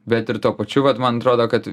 bet ir tuo pačiu vat man atrodo kad